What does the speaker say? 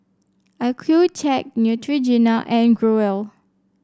Accucheck Neutrogena and Growell